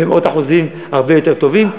במאות אחוזים הרבה יותר טובים.